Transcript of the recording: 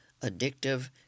addictive